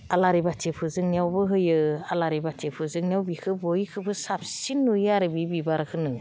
आलारि बाथिफोर फोजोंनायावबो होयो आलारि बाथि फोजोंनायाव बेखौ बयखौबो साबसिन नुयो आरो बे बिबारखौनो